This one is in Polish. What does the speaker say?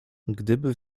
gdyby